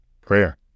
Prayer